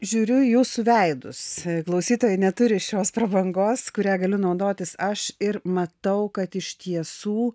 žiūriu į jūsų veidus klausytojai neturi šios prabangos kurią galiu naudotis aš ir matau kad iš tiesų